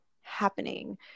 happening